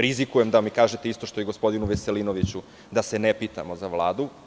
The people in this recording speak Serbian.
Rizikujem da mi kažete isto i što gospodinu Veselinoviću, da se ne pitamo za Vladu.